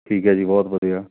ਠੀਕ ਹੈ ਜੀ ਬਹੁਤ ਵਧੀਆ